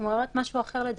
היא אומרת משהו אחר, לדעתי.